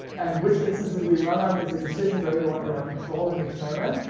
and which instances we run on is the decision variable under our control and the experiment.